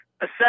assess